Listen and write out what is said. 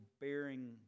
bearing